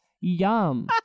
Yum